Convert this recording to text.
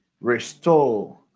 restore